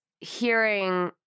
hearing